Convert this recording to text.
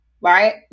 right